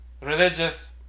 religious